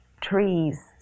trees